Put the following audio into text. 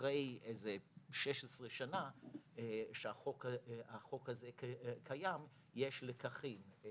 אחרי כ-16 שנים שהחוק הזה קיים יש לקחים.